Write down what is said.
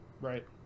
Right